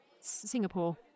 Singapore